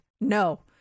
No